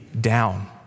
down